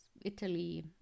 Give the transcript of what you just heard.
Italy